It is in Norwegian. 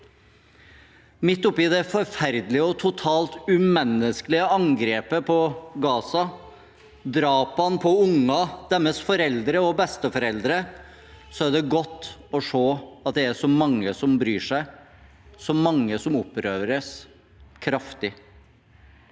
Midt oppi det forferdelige og totalt umenneskelige angrepet på Gaza, drapene på unger og deres foreldre og besteforeldre, er det godt å se at det er så mange som bryr seg, så mange som opprøres kraftig.